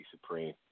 Supreme